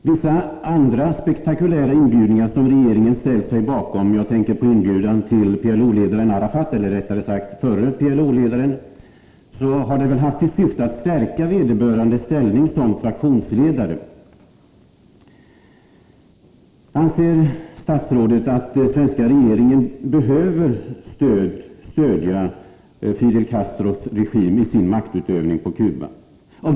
Vissa andra spektakulära inbjudningar som regeringen ställt sig bakom — jag tänker på inbjudan till PLO-ledaren Arafat, eller rättare sagt förre PLO-ledaren — har väl haft till syfte att stärka vederbörandes ställning som fraktionsledare. Anser statsrådet att den svenska regeringen behöver stödja Fidel Castros regim i dess maktutövning på Cuba?